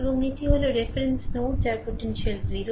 এবং এটি হল রেফারেন্স নোড যার পোটেনশিয়াল 0